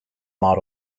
name